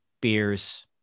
beers